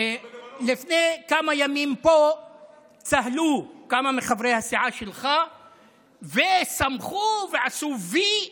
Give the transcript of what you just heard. לפני כמה ימים פה צהלו כמה מחברי הסיעה שלך ושמחו ועשו "וי"